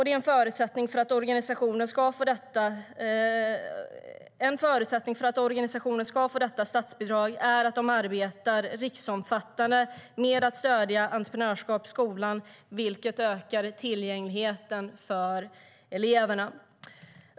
En förutsättning för att organisationer ska få detta statsbidrag är att de arbetar riksomfattande med att stödja entreprenörskap i skolan, vilket ökar tillgängligheten för elever.